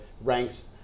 ranks